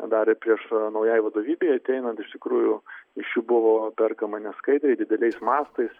tą darė prieš naujai vadovybei ateinant iš tikrųjų iš jų buvo perkama neskaidriai dideliais mastais